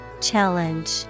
challenge